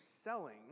selling